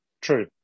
True